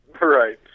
Right